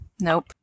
nope